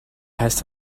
heißt